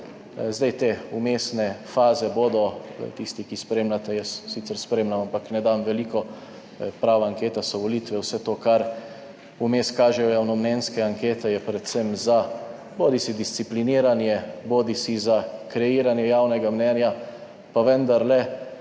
Zdaj, te vmesne faze bodo, tisti ki spremljate, jaz sicer spremljam, ampak ne dam veliko, prava anketa so volitve, vse to, kar vmes kažejo javnomnenjske ankete, je predvsem za bodisi discipliniranje, bodisi za kreiranje javnega mnenja, pa vendarle